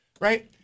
Right